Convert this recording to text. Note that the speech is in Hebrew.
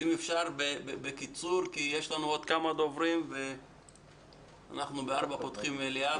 אם אפשר בקיצור כי יש לנו עוד כמה דוברים ובארבע פותחים את המליאה.